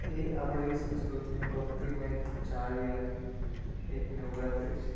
એ આપણી સંસ્કૃતિને ભક્તિમય એ જાળવી રાખે એક નવરાત્રિ છે